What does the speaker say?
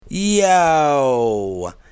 yo